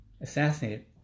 assassinated